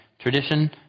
tradition